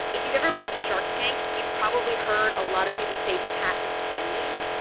if you've ever watched shark tank, you've probably heard a lot of people say patent pending.